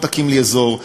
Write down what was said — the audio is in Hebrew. פה תקים לי אזור,